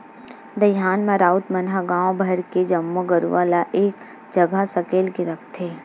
दईहान म राउत मन ह गांव भर के जम्मो गरूवा ल एक जगह सकेल के रखथे